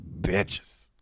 bitches